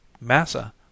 Massa